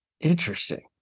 Interesting